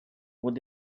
what